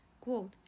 quote